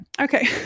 Okay